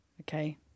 okay